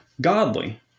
godly